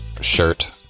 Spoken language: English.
shirt